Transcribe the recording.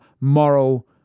moral